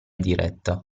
diretta